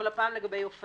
אבל הפעם לגבי אופנוע,